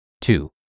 Two